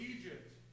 Egypt